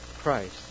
Christ